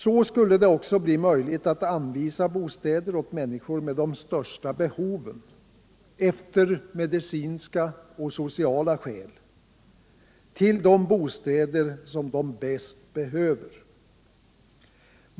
Då skulle det också bli möjligt att anvisa bostäder åt människor med de största behoven — efter medicinska och sociala skäl — de bostäder de bäst behöver.